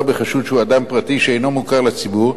בחשוד שהוא אדם פרטי שאינו מוכר לציבור,